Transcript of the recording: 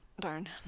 Darn